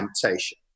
temptation